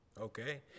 Okay